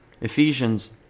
Ephesians